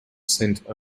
sent